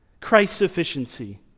Christ-sufficiency